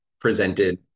presented